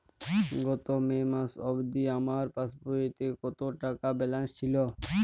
গত মে মাস অবধি আমার পাসবইতে কত টাকা ব্যালেন্স ছিল?